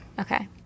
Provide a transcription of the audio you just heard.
Okay